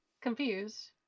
confused